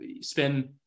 spend